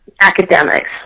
academics